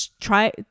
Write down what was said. try